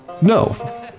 No